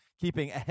keeping